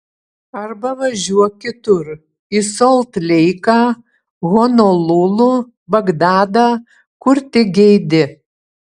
arba važiuok kitur į solt leiką honolulu bagdadą kur tik geidi